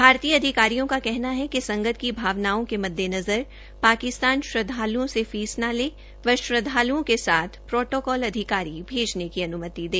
भारतीय अधिकारियों का कहना है कि संगत की भावनाओं के मद्देनज़र पाकिस्तान श्रद्वालुओं से फीस न ले व श्रद्वाल्रओं के साथ प्रोटोकोल अधिकारी भेजने की अन्मति दे